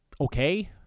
okay